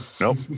Nope